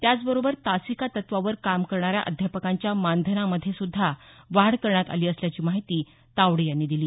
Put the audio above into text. त्याचबरोबर तासिका तत्वावर काम करणाऱ्या अध्यापकांच्या मानधनामध्ये सुध्दा वाढ करण्यात आली असल्याची माहिती तावडे यांनी दिली